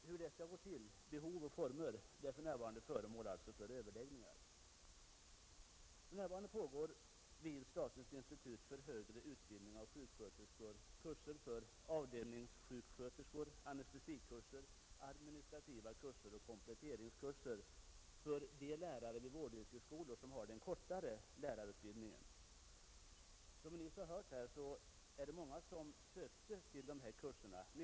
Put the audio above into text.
Hur det skall gå till, behov och former, är för närvarande föremål för överläggningar. Vid SIHUS pågår nu kurser för avdelningssköterskor, anestesikurser, administrativa kurser och kompletteringskurser för de lärare vid vårdyrkesskolor som har den kortare lärarutbildningen. Som vi nyss hörde är det många som sökt till dessa kurser.